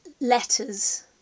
letters